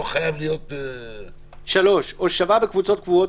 לא חייב להיות --- "(3)הושבה בקבוצות קבועות,